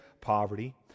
poverty